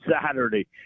Saturday